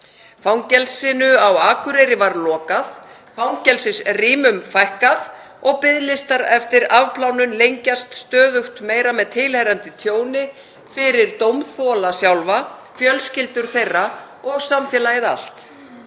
Fangelsinu á Akureyri var lokað, fangelsisrýmum fækkað og biðlistar eftir afplánun lengjast stöðugt meira með tilheyrandi tjóni fyrir dómþola sjálfa, fjölskyldur þeirra og samfélagið allt.